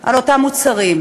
משלמים על אותם מוצרים.